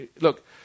look